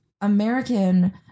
American